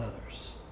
others